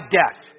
death